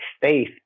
faith